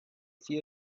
see